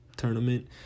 Tournament